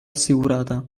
assicurata